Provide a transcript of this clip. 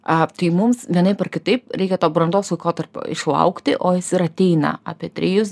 a tai mums vienaip ar kitaip reikia tą brandos laikotarpį išlaukti o jis ir ateina apie trejus